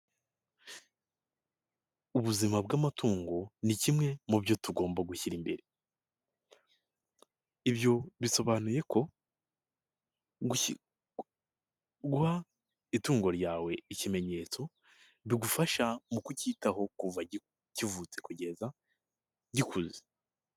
Ubuzima bw'amatungo ni kimwe mu byo tugomba gushyira imbere, ibyo bisobanuye ko guha itungo ryawe ikimenyetso bigufasha mu kucyitaho kuva kivutse kugeza gikuze .